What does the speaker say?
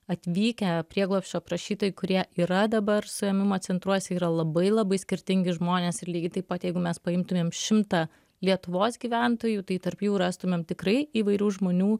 atvykę prieglobsčio prašytojai kurie yra dabar suėmimo centruose yra labai labai skirtingi žmonės ir lygiai taip pat jeigu mes paimtumėm šimtą lietuvos gyventojų tai tarp jų rastumėm tikrai įvairių žmonių